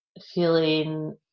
feeling